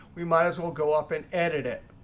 we might as well go up and edit it.